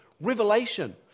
revelation